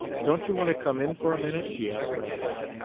don't you want to come in for a minute? she asked randolph.